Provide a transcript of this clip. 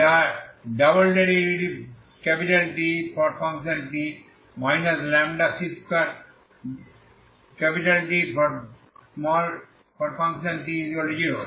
যা Tt λc2Tt0